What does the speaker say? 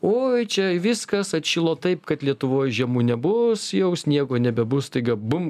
oi čia viskas atšilo taip kad lietuvoj žiemų nebus jau sniego nebebus staiga bum